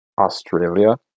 Australia